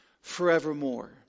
forevermore